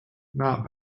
not